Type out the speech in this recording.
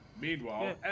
Meanwhile